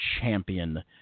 champion